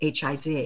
HIV